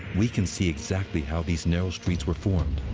we can see exactly how these narrow streets were formed.